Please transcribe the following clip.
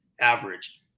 average